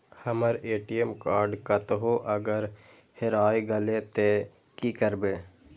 हमर ATM card कतहो अगर हेराय गले ते की करबे?